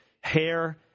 hair